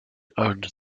owned